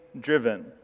driven